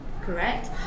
Correct